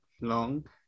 long